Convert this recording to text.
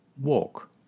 walk